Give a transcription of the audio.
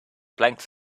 planks